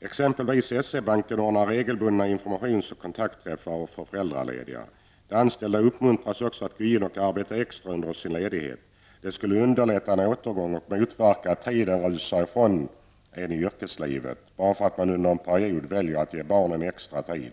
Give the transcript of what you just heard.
SE-banken, t.ex. ordnar regelbundna informations och kontaktträffar för anställda som är föräldralediga. De anställda uppmuntras också att gå in och arbeta extra under sin ledighet, vilket underlättar en återgång och motverkar att tiden rusar ifrån en i yrkeslivet bara för att man under en period väljer att ge barnen extra tid.